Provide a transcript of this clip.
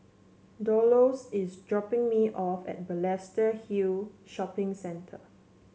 Dolores is dropping me off at Balestier Hill Shopping Center